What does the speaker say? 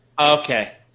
Okay